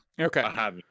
Okay